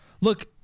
Look